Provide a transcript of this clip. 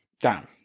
down